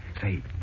Say